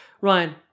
Ryan